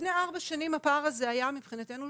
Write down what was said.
לפני ארבע שנים הפער הזה היה מבחינתנו,